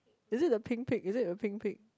is it the Pink Pig is it the Pink Pig